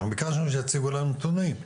אנחנו ביקשנו שיציגו לנו נתונים.